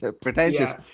Pretentious